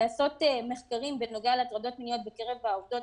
לנסות לעשות מחקרים על הטרדות מיניות בקרב העובדות